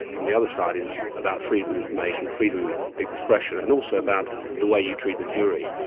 on the other side is about freedom of information, freedom of expression, and also about the way you treat the jury.